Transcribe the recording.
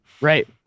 Right